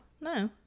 no